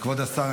כבוד השר,